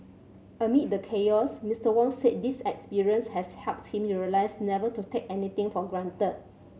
amid the chaos Mr Wong said this experience has helped him realise never to take anything for granted